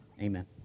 amen